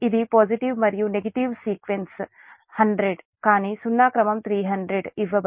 ఇది పాజిటివ్ మరియు negative sequence సానుకూల మరియు ప్రతికూల క్రమం 100 కానీ సున్నా క్రమం 300 ఇవ్వబడింది